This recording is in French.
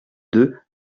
deux